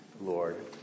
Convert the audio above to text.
Lord